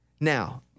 Now